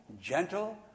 gentle